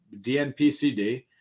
DNPCD